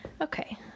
Okay